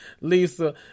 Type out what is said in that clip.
Lisa